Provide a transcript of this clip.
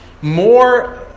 more